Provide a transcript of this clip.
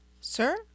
Sir